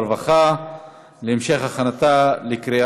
הרווחה והבריאות נתקבלה.